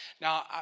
Now